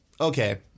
okay